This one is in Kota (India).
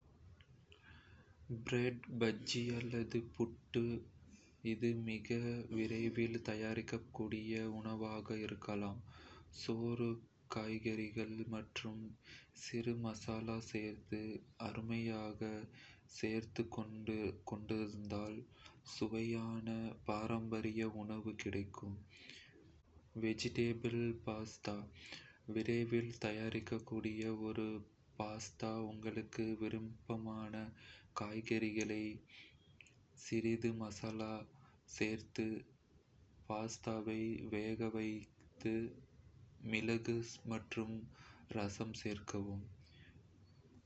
பிராட் பஜ்ஜி அல்லது புட்டு - இது மிக விரைவில் தயாரிக்கக்கூடிய உணவாக இருக்கலாம். சோறு, காய்கறிகள் மற்றும் சிறு மசாலா சேர்த்து அருமையாக சேர்த்துக் கொடுத்தால் சுவையான, பாரம்பரிய உணவு கிடைக்கும். வெஜிடபிள் பாஸ்டா - விரைவில் தயாரிக்கக்கூடிய ஒரு பாஸ்டா. உங்களுக்கு விருப்பமான காய்கறிகளைக் குத்தி, சிறிய மசாலா சேர்த்து, பாஸ்டாவை வேக வைத்து மிளகு மற்றும் ரசம் சேர்க்கும்.சிக்கன் கிரேவி - சிறிது நேரத்தில் சிக்கன் கிரேவி பண்ண முடியும். சிக்கன், காய்கறி, மசாலா, மற்றும் வண்ணமயமான சாம்பல் சேர்த்து அருவாளுடன் வெறும் சோறு அல்லது ரோட்டி உண்டாக்கலாம்.